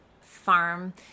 farm